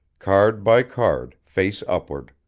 card by card, face upward.